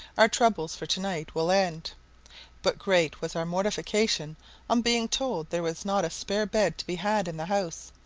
our troubles for to-night will end but great was our mortification on being told there was not a spare bed to be had in the house,